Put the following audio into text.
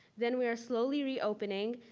then we are slowly reopening,